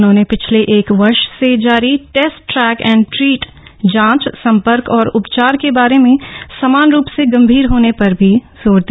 उन्होंने पिछले एक वर्ष से जारी टेस्ट ट्रैक एंड ट्रीट जांच संपर्क और उपचार के बारे में समान रूप से गंभीर होने पर भी जोर दिया